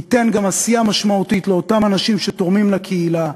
וייתן גם עשייה משמעותית לאותם אנשים שתורמים לקהילה.